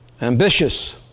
ambitious